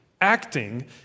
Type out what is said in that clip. acting